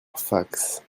fax